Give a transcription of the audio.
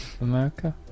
America